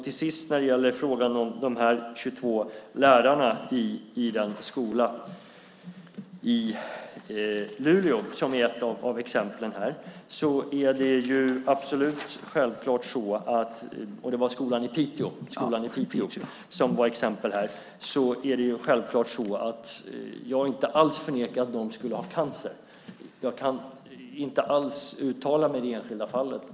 Till sist, när det gäller frågan om de 22 lärarna i skolan i Piteå, som är ett av exemplen här, är det självklart så att jag inte alls förnekar att de skulle ha cancer. Jag kan inte alls uttala mig i det enskilda fallet.